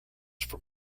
from